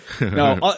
no